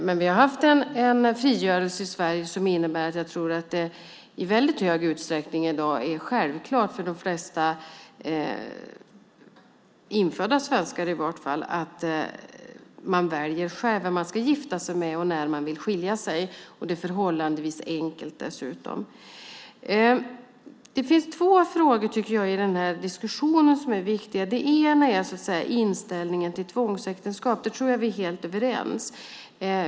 Men vi har haft en frigörelse i Sverige som gör att jag tror att det i väldigt stor utsträckning i dag är självklart för de flesta infödda svenskar i vart fall att själv välja vem man ska gifta sig med och när man vill skilja sig. Det är dessutom förhållandevis enkelt. Det finns två frågor i den här diskussionen som är viktiga. Den ena är inställningen till tvångsäktenskap, och där tror jag att vi är helt överens.